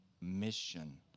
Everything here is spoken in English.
mission